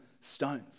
stones